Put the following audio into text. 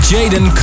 Jaden